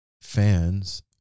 fans